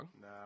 Nah